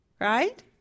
right